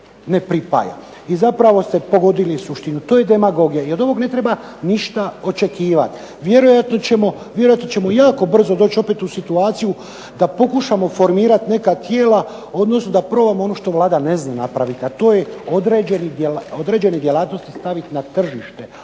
ne pripaja. I zapravo ste pogodili suštinu. To je demagogija. I od ovog ne treba ništa očekivati. Vjerojatno ćemo jako brzo dići u situaciju da pokušamo formirati neka tijela odnosno da probamo ono što Vlada ne zna napraviti, a to je određene djelatnosti staviti na tržište